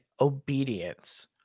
obedience